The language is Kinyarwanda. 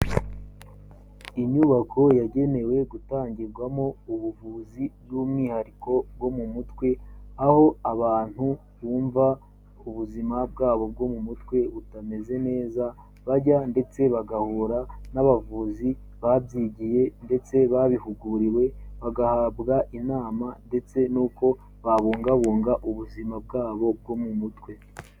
Inyubako yagenewe gutangirwamo ubuvuzi bw'umwihariko bwo mu mutwe, aho abantu bumva ubuzima bwabo bwo mu mutwe butameze neza bajya ndetse bagahura n'abavuzi babyigiye ndetse babihuguriwe bagahabwa inama ndetse n'uko babungabunga ubuzima bwabo bwo mu mutwe.